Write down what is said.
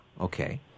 okay